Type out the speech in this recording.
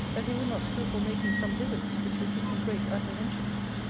that he would not scruple making some visits, which would give me great apprehensions.